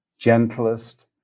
gentlest